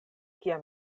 kiam